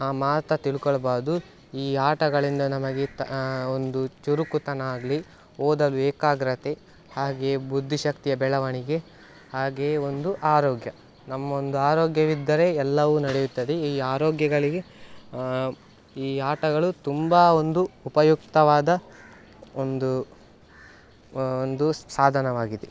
ಮಾತ್ರ ತಿಳ್ಕೊಳ್ಬಾರದು ಈ ಆಟಗಳಿಂದ ನಮಗೆ ತ ಒಂದು ಚುರುಕುತನ ಆಗಲೀ ಓದಲು ಏಕಾಗ್ರತೆ ಹಾಗೆಯೇ ಬುದ್ಧಿ ಶಕ್ತಿಯ ಬೆಳವಣಿಗೆ ಹಾಗೆಯೇ ಒಂದು ಆರೋಗ್ಯ ನಮ್ಮ ಒಂದು ಆರೋಗ್ಯವಿದ್ದರೆ ಎಲ್ಲವೂ ನಡೆಯುತ್ತದೆ ಈ ಆರೋಗ್ಯಗಳಿಗೆ ಈ ಆಟಗಳು ತುಂಬ ಒಂದು ಉಪಯುಕ್ತವಾದ ಒಂದು ಒಂದು ಸಾಧನವಾಗಿದೆ